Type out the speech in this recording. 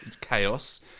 chaos